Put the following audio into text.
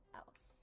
else